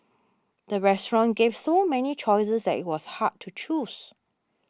the restaurant gave so many choices that it was hard to choose